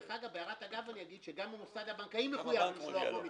בהערת אגב אגיד שגם המוסד הבנקאי מחויב לשלוח לו מכתב.